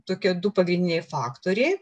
tokie du pagrindiniai faktoriai